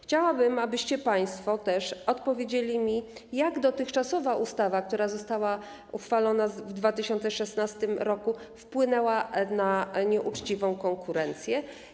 Chciałabym też, abyście państwo odpowiedzieli mi, jak dotychczasowa ustawa, która została uchwalona w 2016 r., wpłynęła na nieuczciwą konkurencję.